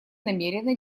намерена